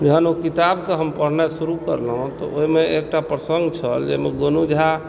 जखन ओ किताबके हम पढ़नाइ शुरू कऽ देलहुँ तऽ ओहिमे एकटा प्रसंग छल जाहिमे गोनू झा